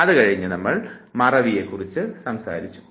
അതുകഴിഞ്ഞ് നാം മറവിയെക്കുറിച്ച് സംസാരിച്ചു